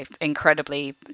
incredibly